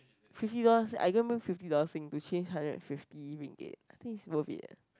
fifty dollars I go and bring fifty dollars sing we change hundred and fifty ringgit I think is worth it eh